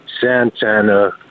Santana